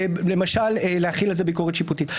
למשל, להחיל על זה ביקורת שיפוטית.